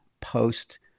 post